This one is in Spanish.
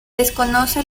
desconoce